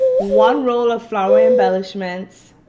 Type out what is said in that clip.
one roll of flower embellishments,